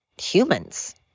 humans